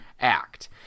act